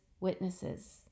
witnesses